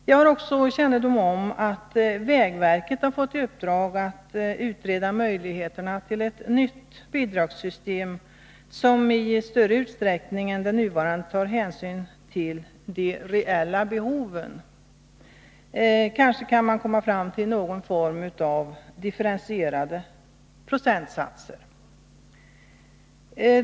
Jag har också kännedom om att vägverket fått i uppdrag att utreda möjligheterna till ett nytt bidragssystem, som i större utsträckning än det nuvarande tar hänsyn till de reella behoven. Kanske kan man komma fram till någon form av differentierade procentsatser.